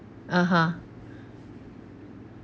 (uh huh)